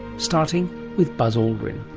starting with buzz aldrin.